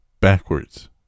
backwards